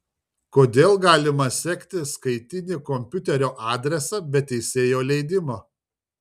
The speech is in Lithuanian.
kodėl galima sekti skaitinį komopiuterio adresą be teisėjo leidimo